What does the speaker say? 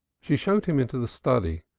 she showed him into the study,